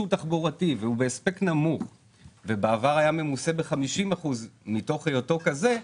תחבורתי והוא בהספק נמוך ובעבר היה ממוסה ב-50% מתוך היותו כזה,